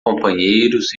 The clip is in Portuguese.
companheiros